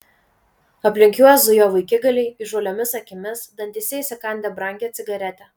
aplink juos zujo vaikigaliai įžūliomis akimis dantyse įsikandę brangią cigaretę